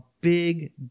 big